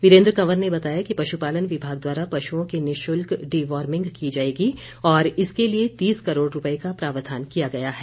वीरेंद्र कंवर ने बताया कि पशुपालन विभाग द्वारा पशुओं की निशुल्क डी वॉर्मिंग की जाएगी और इसके लिए तीस करोड़ रुपए का प्रावधान किया गया है